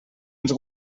ens